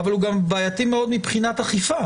אבל הוא גם בעייתי מאוד מבחינת אכיפה.